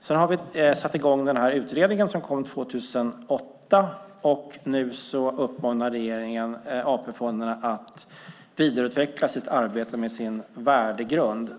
Sedan har vi satt i gång den här utredningen, som kom 2008, och nu uppmanar regeringen AP-fonderna att vidareutveckla arbetet med sin värdegrund.